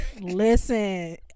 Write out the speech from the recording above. Listen